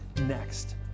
next